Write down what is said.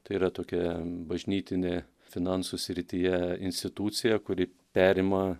tai yra tokia bažnytinė finansų srityje institucija kuri perima